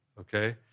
okay